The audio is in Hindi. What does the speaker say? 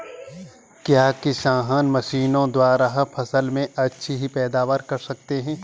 क्या किसान मशीनों द्वारा फसल में अच्छी पैदावार कर सकता है?